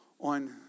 on